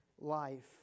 life